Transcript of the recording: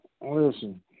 Listen